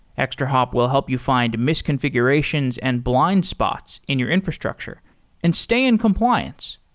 extrahop will help you find misconfigurations and blind spots in your infrastructure and stay in compliance.